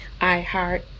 iHeart